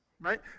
Right